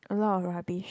a lot of rubbish